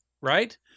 right